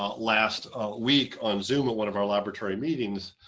ah last week on zoom and one of our laboratory meetings.